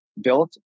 built